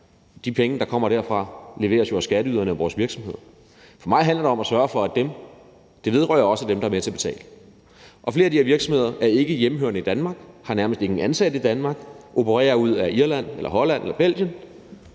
De penge, der kommer derfra, leveres jo af skatteyderne og vores virksomheder. For mig handler det om at sørge for, at dem, det vedrører, også er dem, der er med til at betale, og flere af de her virksomheder er ikke hjemmehørende i Danmark, har nærmest ingen ansatte i Danmark, men opererer ud af Irland, Holland eller Belgien